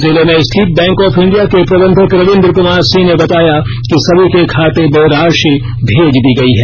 जिले में स्थित बैंक ऑफ इंडिया के प्रबंधक रवीन्द्र क्मार सिंह ने बताया कि सभी के खाते में राशि भेज दी गई है